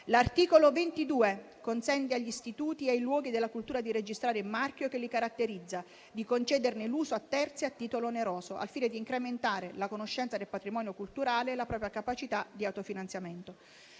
L'articolo 22 consente agli istituti e ai luoghi della cultura di registrare il marchio che li caratterizza, di concederne l'uso a terzi a titolo oneroso, al fine di incrementare la conoscenza del patrimonio culturale e la propria capacità di autofinanziamento.